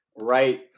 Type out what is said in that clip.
Right